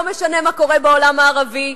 לא משנה מה קורה בעולם הערבי,